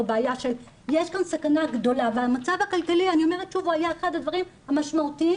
יש כאן סכנה גדולה' והמצב הכלכלי היה אחד הדברים המשמעותיים